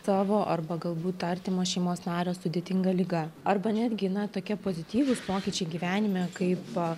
savo arba galbūt artimo šeimos nario sudėtinga liga arba netgi na tokie pozityvūs pokyčiai gyvenime kaip